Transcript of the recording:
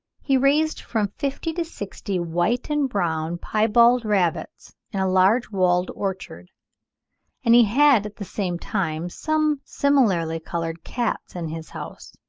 he raised from fifty to sixty white and brown piebald rabbits in a large walled orchard and he had at the same time some similarly coloured cats in his house.